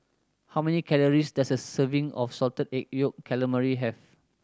how many calories does a serving of Salted Egg Yolk Calamari have